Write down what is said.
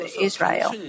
Israel